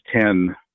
ten